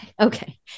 Okay